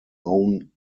own